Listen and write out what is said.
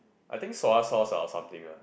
I think soya sauce ah or something one